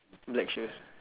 black shoes